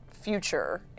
future